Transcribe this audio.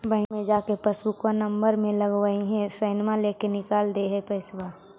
बैंकवा मे जा के पासबुकवा नम्बर मे लगवहिऐ सैनवा लेके निकाल दे है पैसवा?